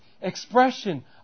expression